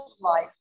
life